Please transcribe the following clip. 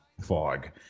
fog